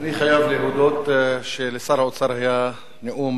אני חייב להודות שלשר האוצר היה נאום,